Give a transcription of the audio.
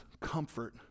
comfort